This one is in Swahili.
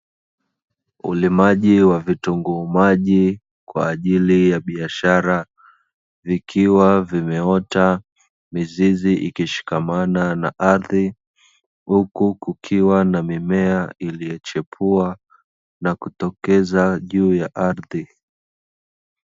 Ulimaji wa vitunguu maji kwa ajili ya biashara vikiwa vimeota mizizi ikishikamana na ardhi, huku kukiwa na mimea iliyochepua na kutokeza juu ya ardhi.